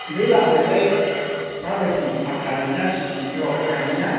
ओमफ्राय लामायालाय माबायदि फाखा आलि ना सिसि ब्लक दानिया